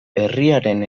herriaren